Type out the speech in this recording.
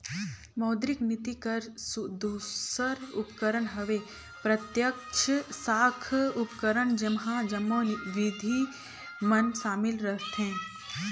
मौद्रिक नीति कर दूसर उपकरन हवे प्रत्यक्छ साख उपकरन जेम्हां जम्मो बिधि मन सामिल रहथें